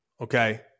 okay